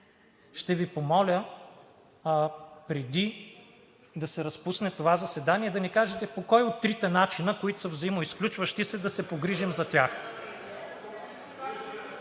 ще Ви помоля преди да се разпусне това заседание, да ни кажете по кой от трите начина, които са взаимоизключващи се, да се погрижим за тях?